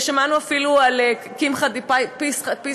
שמענו אפילו על "קמחא דפסחא",